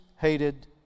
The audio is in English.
hated